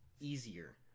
easier